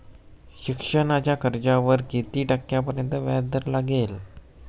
शिक्षणाच्या कर्जावर किती टक्क्यांपर्यंत व्याजदर लागेल?